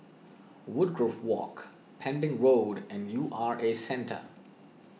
Woodgrove Walk Pending Road and U R A Centre